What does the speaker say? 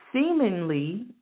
seemingly